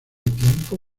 tiempo